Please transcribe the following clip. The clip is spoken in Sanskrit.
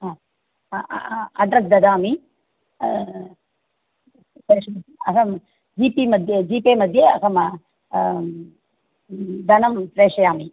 आं अड्रस् ददामि पेष अहं जीपे मध्ये जीपे मध्ये अहं धनं प्रेषयामि